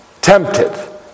tempted